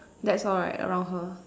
that's all right around her